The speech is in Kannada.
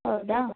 ಹೌದಾ